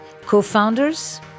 Co-founders